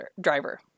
driver